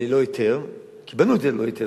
ללא היתר, כי בנו את זה ללא היתר.